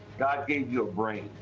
god gave you a brain.